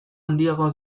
handiagoa